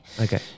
Okay